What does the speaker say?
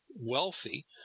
wealthy